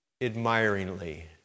Admiringly